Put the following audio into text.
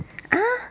ah